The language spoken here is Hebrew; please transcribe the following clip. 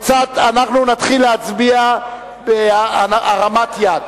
אנחנו נתחיל להצביע בהרמת יד.